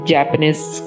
Japanese